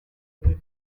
mibi